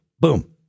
boom